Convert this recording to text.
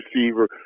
receiver